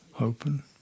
open